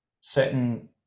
certain